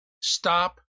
stop